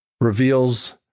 reveals